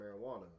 marijuana